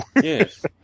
Yes